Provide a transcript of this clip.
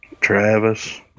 Travis